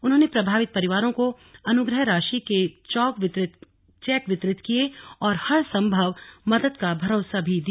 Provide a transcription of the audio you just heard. उन्होंने प्रभावित परिवारों को अनुग्रह राशि के चौक वितरित किये और हर संभव मदद का भरोसा भी दिया